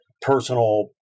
personal